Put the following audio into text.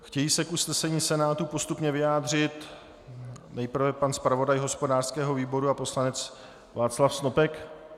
Chtějí se k usnesení Senátu postupně vyjádřit nejprve pan zpravodaj hospodářského výboru a poslanec Václav Snopek?